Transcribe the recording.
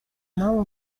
now